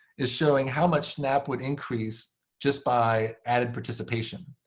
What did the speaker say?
is showing how much snap would increase just by added participation.